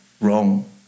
wrong